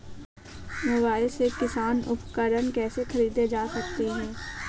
Mobile से किसान उपकरण कैसे ख़रीद सकते है?